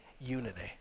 unity